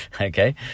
okay